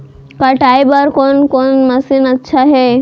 कटाई बर कोन कोन मशीन अच्छा हे?